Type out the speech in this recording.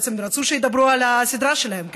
בעצם הם רצו שידברו על הסדרה שלהם,